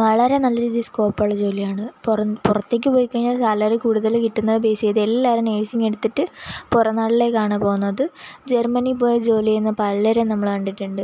വളരെ നല്ല രീതിയിൽ സ്കോപ്പുള്ള ജോലിയാണ് പുറം പുറത്തേക്ക് പോയി കഴിഞ്ഞാൽ സാലറി കൂടുതൽ കിട്ടുന്നത് ബേസ് ചെയ്ത് എല്ലാവരും നേഴ്സിങ്ങെടുത്തിട്ട് പുറം നാട്ടിലേക്കാണ് പോവുന്നത് ജെർമ്മനിയിൽപ്പോയി ജോലി ചെയ്യുന്ന പലരും നമ്മൾ കണ്ടിട്ടുണ്ട്